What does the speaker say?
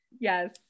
yes